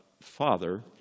Father